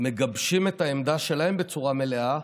מגבשים את העמדה שלהם בצורה מלאה,